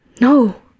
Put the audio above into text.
No